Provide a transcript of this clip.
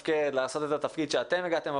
לעשות את התפקיד שאתם הגעתם עבורו,